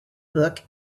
book